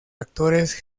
actores